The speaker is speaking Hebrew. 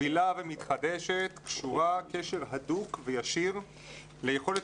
מובילה ומתחדשת קשורה קשר הדוק וישיר ליכולת